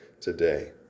today